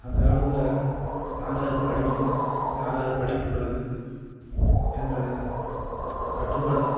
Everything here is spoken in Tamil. அந்த காலத்தில் யாராரு படிக்கணும் யாராரு படிக்கக்கூடாது என்ற கட்டுப்பாடு